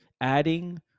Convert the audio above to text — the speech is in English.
adding